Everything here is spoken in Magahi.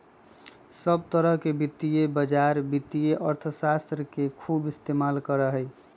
सब तरह के वित्तीय बाजार वित्तीय अर्थशास्त्र के खूब इस्तेमाल करा हई